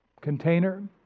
container